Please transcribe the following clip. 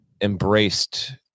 embraced